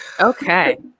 Okay